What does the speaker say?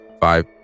Five